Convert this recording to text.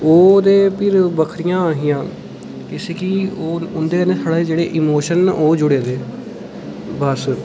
ओह् ते फ्ही बक्खरियां हियां इसगी उं'दे कन्नै साढ़े जेह्ड़े इमोशन न ओह् जुड़े दे बस